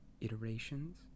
iterations